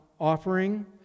offering